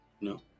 No